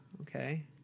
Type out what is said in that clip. Okay